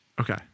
okay